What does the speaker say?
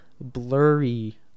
blurry